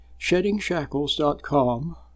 SheddingShackles.com